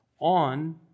on